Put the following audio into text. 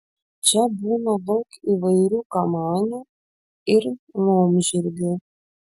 čia būna daug įvairių kamanių ir laumžirgių